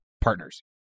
partners